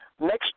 Next